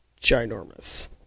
Ginormous